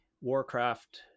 warcraft